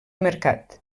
mercat